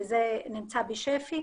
וזה נמצא בשפ"י,